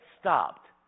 stopped